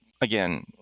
again